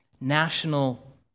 national